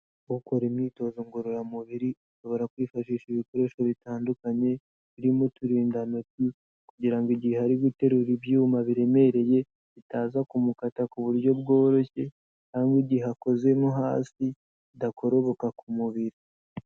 Ukora imyitozo ngororamubiri, ashobora kwifashisha ibikoresho bitandukanye, birimo uturindantoki, kugira no igihe ari guterura ibyuma biremereye, bitaza kumukata ku buryo bworoshye, cyangwa igihe akoze no hasi, adakoroboka ku mubiri.